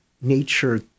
nature